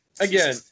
again